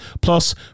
plus